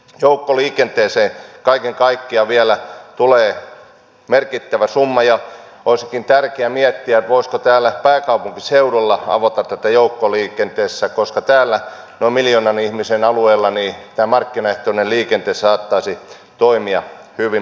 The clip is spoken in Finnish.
joukkoliikenteeseen kaiken kaikkiaan vielä tulee merkittävä summa ja olisikin tärkeää miettiä voisiko täällä pääkaupunkiseudulla avata tätä joukkoliikenteessä koska täällä noin miljoonan ihmisen alueella tämä markkinaehtoinen liikenne saattaisi toimia hyvin paljon paremmin